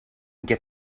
get